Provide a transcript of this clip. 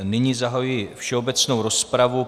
Nyní zahajuji všeobecnou rozpravu.